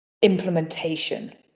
implementation